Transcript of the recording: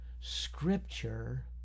Scripture